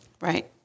Right